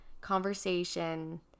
conversation